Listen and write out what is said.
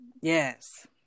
Yes